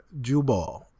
jubal